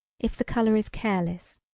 if the color is careless,